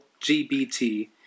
lgbt